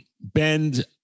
bend